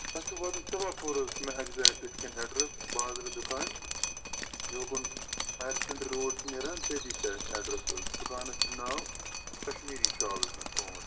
تۄہہِ چھُ واتُن صفا پوٗر حظ چھُ مےٚ اٮ۪کزٮ۪کٹ یِتھ کٔنۍ اٮ۪ڈربازرٕ دُکان یوکُن ہایر سٮ۪کنٛڈری روڈ چھُ نیران تَتی چھُ اَسہِ اٮ۪ڈرس حظ دُکانس چھُ ناو کشمیری شالٕز مےٚ تھومُت